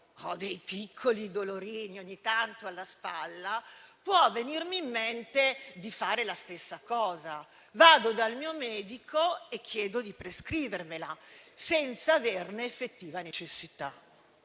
ho dei piccoli dolorini ogni tanto alla spalla, può venirmi in mente di fare la stessa cosa: vado dal mio medico e chiedo di prescrivermela, senza averne effettiva necessità.